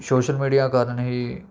social media ਕਾਰਨ ਹੀ